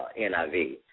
NIV